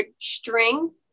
string